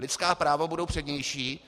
Lidská práva budou přednější.